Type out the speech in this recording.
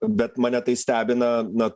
bet mane tai stebina na